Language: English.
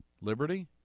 Liberty